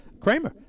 Kramer